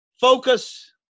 focus